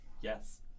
Yes